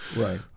Right